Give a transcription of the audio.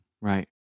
Right